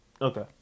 Okay